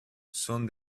son